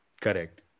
Correct